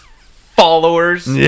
followers